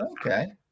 okay